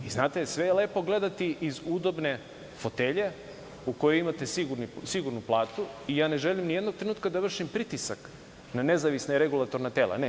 Znate, sve je lepo gledati iz udobne fotelje u kojoj imate sigurnu platu i ja ne želim ni jednog trenutka da vršim pritisak na nezavisna i regulatorna tela, ne.